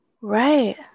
Right